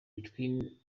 between